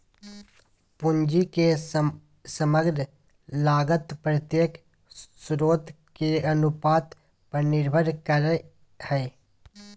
पूंजी के समग्र लागत प्रत्येक स्रोत के अनुपात पर निर्भर करय हइ